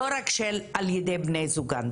לא רק של על ידי בני זוגן.